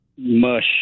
mush